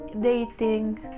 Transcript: dating